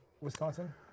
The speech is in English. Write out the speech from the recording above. Wisconsin